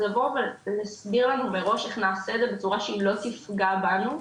אז לבוא ולהסביר לנו מראש איך נעשה את זה בצורה שהיא לא תפגע בנו,